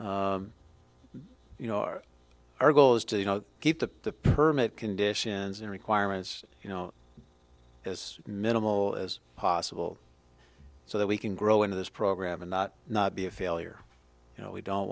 you know our our goal is to you know keep the permit conditions and requirements you know as minimal as possible so that we can grow into this program and not not be a failure you know we don't